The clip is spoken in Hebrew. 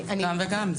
גם וגם.